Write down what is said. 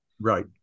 right